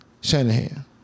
Shanahan